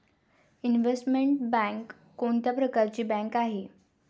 Investment bank कोणत्या प्रकारची bank आहे?